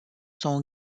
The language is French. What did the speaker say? sont